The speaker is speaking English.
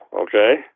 okay